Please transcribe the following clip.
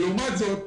לעומת זאת,